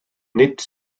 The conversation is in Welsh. nid